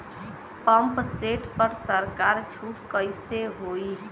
Pump set पर सरकार छूट कईसे होई?